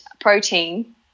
protein